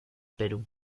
perú